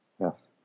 Yes